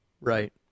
Right